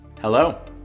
Hello